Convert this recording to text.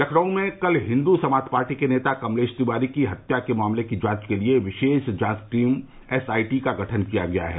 लखनऊ में कल हिन्दू समाज पार्टी के नेता कमलेश तिवारी की हत्या मामले की जांच के लिए विशेष जांच टीम एस आई टी का गठन किया गया है